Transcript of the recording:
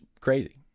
crazy